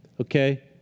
okay